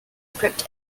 script